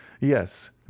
Yes